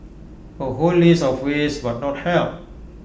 A whole list of ways but not help